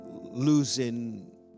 losing